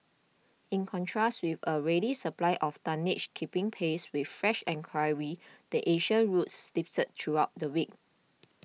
in contrast with a ready supply of tonnage keeping pace with fresh enquiry the Asian routes slipped throughout the week